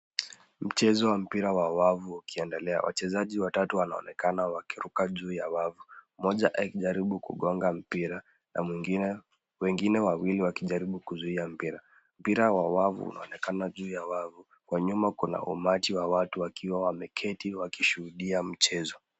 Mchezo wa mpira wa wavu ukiendelea, wachezaji watatu wanaonekana wakiruka juu ya wavu, mmoja akijaribu kugonga mpira na wengine wawili wakijaribu kuzuia mpira. Mpira wa wavu unaonekana juu ya wavu. Kwa nyuma kuna umati wa watu wakiwa wameketi, wakishuhudia mchezo.